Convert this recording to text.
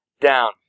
down